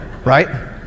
Right